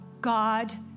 God